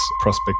Prospect